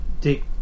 Dick